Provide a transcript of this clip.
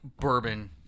bourbon